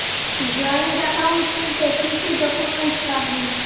Joint account খুলতে কি কি ডকুমেন্টস লাগবে?